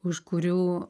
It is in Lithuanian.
už kurių